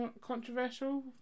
controversial